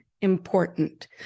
important